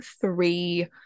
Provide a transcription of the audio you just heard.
three